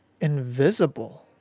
invisible